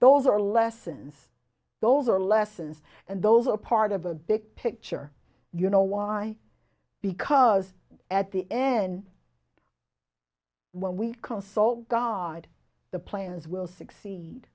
those are lessons those are lessons and those are part of a big picture you know why because at the end when we consult god the plans will succeed